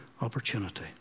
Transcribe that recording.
opportunity